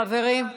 חברים,